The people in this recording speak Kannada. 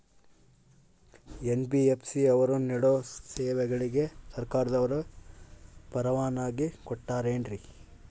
ಎನ್.ಬಿ.ಎಫ್.ಸಿ ಅವರು ನೇಡೋ ಸೇವೆಗಳಿಗೆ ಸರ್ಕಾರದವರು ಪರವಾನಗಿ ಕೊಟ್ಟಾರೇನ್ರಿ?